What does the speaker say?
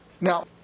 Now